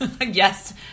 Yes